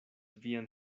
vian